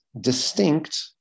distinct